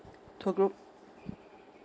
tour group